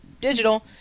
digital